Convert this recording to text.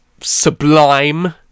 sublime